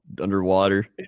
underwater